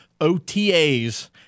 OTAs